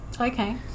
Okay